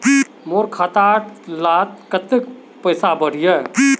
मोर खाता डात कत्ते पैसा बढ़ियाहा?